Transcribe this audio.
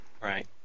right